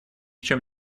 чем